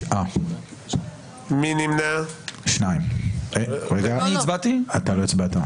9 נמנעים, אין לא אושרה.